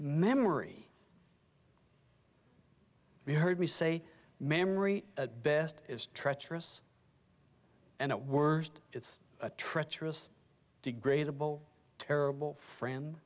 memory you heard me say memory at best is treacherous and at worst it's a treacherous degradable terrible friend